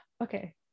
Okay